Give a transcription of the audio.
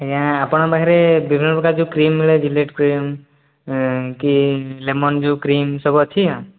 ଆଜ୍ଞା ଆପଣଙ୍କ ପାଖରେ ବିଭିନ୍ନ ପ୍ରକାର ଯେଉଁ କ୍ରିମ ଜିଲେଟ କ୍ରିମ କି ଲେମନ ଯେଉଁ କ୍ରିମ ସବୁ ଅଛି ନା